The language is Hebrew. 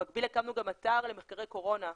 במקביל הקמנו גם אתר למחקרי קורונה,